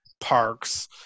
parks